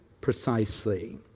precisely